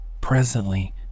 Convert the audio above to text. Presently